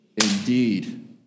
indeed